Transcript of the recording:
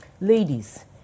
ladies